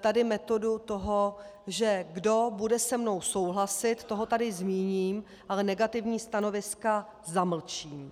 tady metodu toho, že kdo bude se mnou souhlasit, toho tady zmíním, ale negativní stanoviska zamlčím.